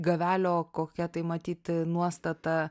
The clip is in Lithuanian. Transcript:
gavelio kokia tai matyt nuostata